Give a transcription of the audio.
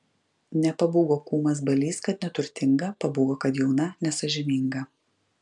nepabūgo kūmas balys kad neturtinga pabūgo kad jauna nesąžininga